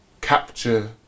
capture